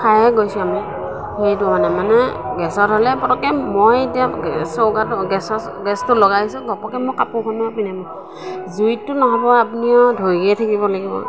খায়ে গৈছোঁ আমি সেইটো মানে মানে গেছত হ'লে পটককে মই এতিয়া চৌকাটো গেছ গেছটো লগাইছোঁ ঘপককে মই কাপোৰখন পিন্ধি আহোঁ জুইতটো নহ'ব আপুনি আৰু ধৰিয়ে থাকিব লাগিব